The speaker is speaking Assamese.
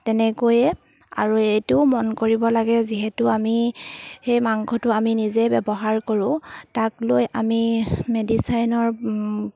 তেনেকৈয়ে আৰু এইটোও মন কৰিব লাগে যিহেতু আমি সেই মাংসটো আমি নিজে ব্যৱহাৰ কৰোঁ তাক লৈ আমি মেডিচাইনৰ